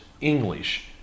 English